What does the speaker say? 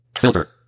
Filter